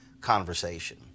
conversation